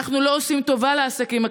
אנחנו לא עושים טובה לעסקים הקטנים.